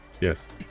Yes